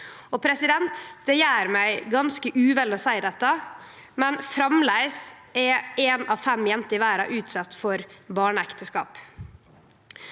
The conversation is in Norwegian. aukar. Det gjer meg ganske uvel å seie dette, men framleis blir ei av fem jenter i verda utsett for barneekteskap.